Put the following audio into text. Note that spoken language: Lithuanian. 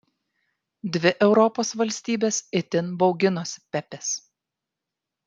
dvi europos valstybės itin bauginosi pepės